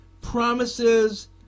promises